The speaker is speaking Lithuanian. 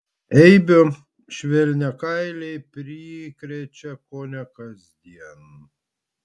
eibių švelniakailiai prikrečia kone kasdien